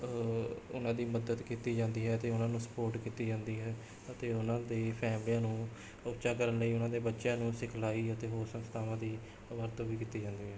ਉਨ੍ਹਾਂ ਦੀ ਮਦਦ ਕੀਤੀ ਜਾਂਦੀ ਹੈ ਅਤੇ ਉਨ੍ਹਾਂ ਨੂੰ ਸਪੋਟ ਕੀਤੀ ਜਾਂਦੀ ਹੈ ਅਤੇ ਉਨ੍ਹਾਂ ਦੀ ਫੈਮਿਲੀਆਂ ਨੂੰ ਉੱਚਾ ਕਰਨ ਲਈ ਉਨ੍ਹਾਂ ਦੇ ਬੱਚਿਆਂ ਨੂੰ ਸਿਖਲਾਈ ਅਤੇ ਹੋਰ ਸੰਸਥਾਵਾਂ ਦੀ ਵਰਤੋਂ ਵੀ ਕੀਤੀ ਜਾਂਦੀ ਹੈ